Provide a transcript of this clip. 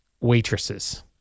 waitresses